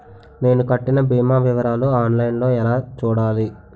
నేను కట్టిన భీమా వివరాలు ఆన్ లైన్ లో ఎలా చూడాలి?